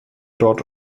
dort